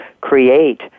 create